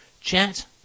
chat